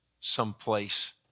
someplace